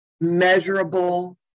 measurable